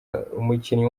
umukinnyi